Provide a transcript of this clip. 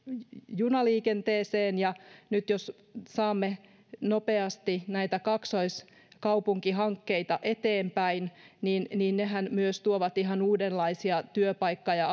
junaliikenteeseen ja nyt jos saamme nopeasti näitä kaksoiskaupunkihankkeita eteenpäin niin niin nehän myös tuovat ihan uudenlaisia työpaikka ja